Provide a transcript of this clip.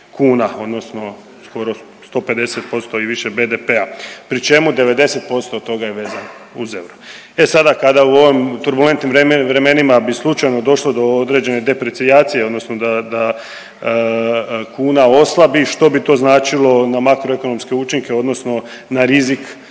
odnosno skoro 150% i više BDP-a pri čemu 90% od toga je vezan uz euro. E sada, kada u ovom turbulentnim vremenima bi slučajno došlo do određene deprecijacije odnosno da kuna oslabi, što bi to značilo na makroekonomske učinke, odnosno na rizik